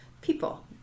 people